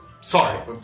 sorry